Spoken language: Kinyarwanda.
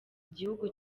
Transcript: igihugu